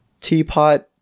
teapot